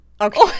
okay